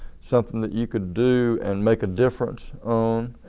something that you could do and make a difference on,